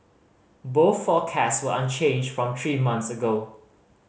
both forecast were unchanged from three months ago